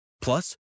Plus